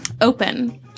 open